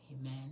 amen